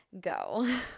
go